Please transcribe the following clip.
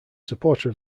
supporter